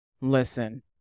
listen